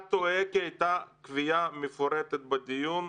אתה טועה כי הייתה קביעה מפורטת בדיון: